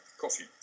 Coffee